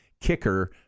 kicker